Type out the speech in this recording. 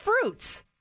fruits